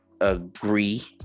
agree